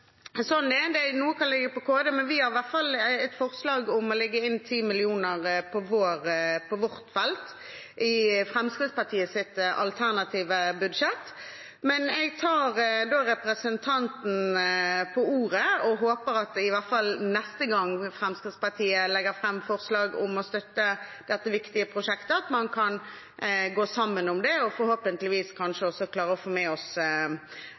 kan ligge på Kunnskapsdepartementet, men vi har i hvert fall et forslag om å legge inn 10 mill. kr på vårt felt i Fremskrittspartiets alternative budsjett. Men jeg tar representanten på ordet og håper at i hvert fall neste gang Fremskrittspartiet legger fram forslag om å støtte dette viktige prosjektet, kan man gå sammen om det og forhåpentligvis kanskje også klare å få med